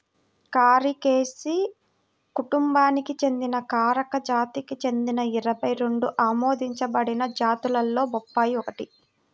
కారికేసి కుటుంబానికి చెందిన కారికా జాతికి చెందిన ఇరవై రెండు ఆమోదించబడిన జాతులలో బొప్పాయి ఒకటి